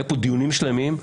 היו כאן דיונים שלמים,